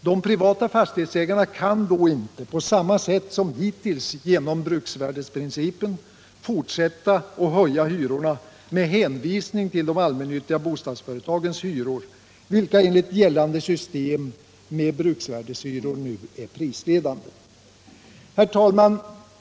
De privata fastighetsägarna kan då inte på samma sätt som hittills — genom bruksvärdesprincipen — fortsätta att höja hyrorna med hänvisning till de allmännyttiga bostadsföretagens hyror, vilka enligt gällande system med bruksvärdeshyror nu är prisledande. Herr talman!